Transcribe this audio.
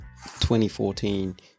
2014